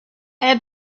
had